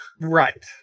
right